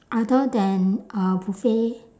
other than uh buffet